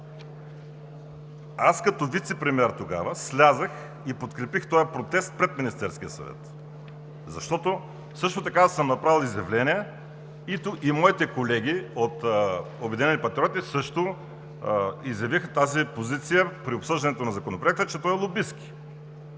Аз като вицепремиер тогава слязох и подкрепих този протест пред Министерския съвет. Също така съм направил изявление, моите колеги от „Обединени патриоти“ също изявиха тази позиция при обсъждането на Законопроекта, че той е лобистки.